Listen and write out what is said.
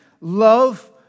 love